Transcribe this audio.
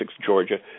Georgia